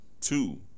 Two